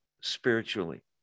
spiritually